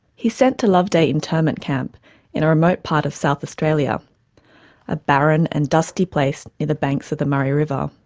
he's sent to loveday internment camp in a remote part of south australia a barren and dusty place near the banks of the murray river.